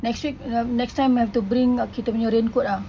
next week uh next time have to bring kita punya raincoat ah